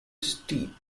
steep